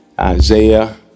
Isaiah